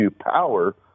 power